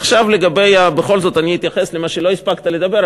עכשיו בכל זאת אני אתייחס למה שלא הספקת לומר,